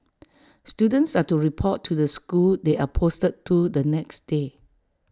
students are to report to the school they are posted to the next day